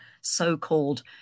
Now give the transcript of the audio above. so-called